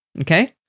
Okay